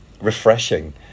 refreshing